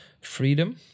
freedom